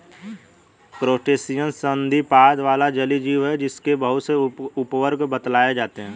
crustacean संधिपाद वाला जलीय जीव है जिसके बहुत से उपवर्ग बतलाए जाते हैं